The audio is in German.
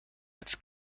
als